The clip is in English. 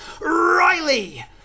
riley